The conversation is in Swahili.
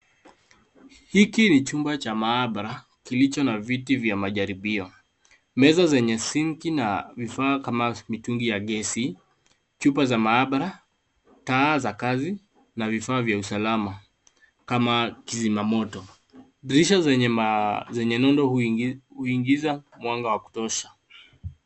Hiki ni chumba cha maabara kilicho na viti vya majaribio, meza zenye sinki na vifaa kama mitungi ya gesi, chupa za maabara, taa za kazi na vifaa vya usalama kama kizima moto. Dirisha zenye nundo huingiza mwanga wa kutosha.